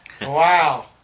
Wow